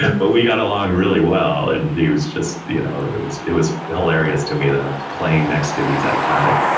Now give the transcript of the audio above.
but we got along really well and he was just, you know, it was, it was hilarious to me that i'm playing next to these iconic,